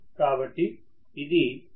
కాబట్టి ఇధీ series generator యొక్క OCC